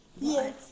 Yes